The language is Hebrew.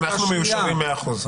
אנחנו מיושרים מאה אחוז,